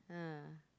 ah